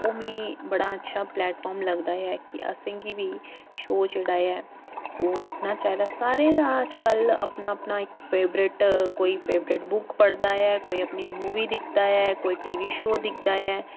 ओह् मिगी बड़ा अच्छा प्लेटफॉर्म लगदा ऐ कि असें गी बी शो जेह्ड़ा ऐ ओह् दिक्खना चाहि्दा सारें दा अज्जकल अपना अपना इक फेवरेट कोई फेवरेट बुक पढ़दा ऐ कोई अपनी मूवी दिखदा ऐ कोई टी वी शो दिक्खदा ऐ